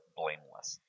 blameless